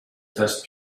test